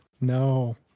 No